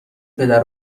پدر